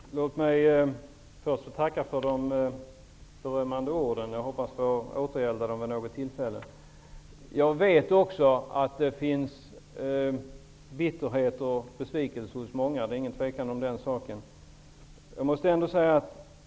Herr talman! Låt mig först tacka för de berömmande orden. Jag hoppas få återgälda dem vid något tillfälle. Jag vet också att många känner bitterhet och besvikelse. Det är ingen tvekan om det.